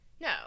No